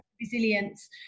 resilience